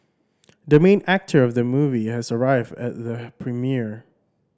the main actor of the movie has arrived at the premiere